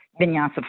vinyasa